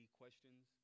questions